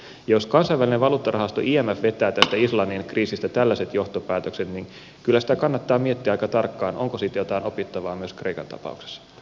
jos kansainvälinen valuuttarahasto imf vetää tästä islannin kriisistä tällaiset johtopäätökset niin kyllä sitä kannattaa miettiä aika tarkkaan onko siitä jotain opittavaa myös kreikan tapauksessa